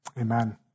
Amen